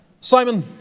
Simon